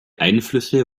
einflüsse